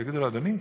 יגידו לו: אדוני,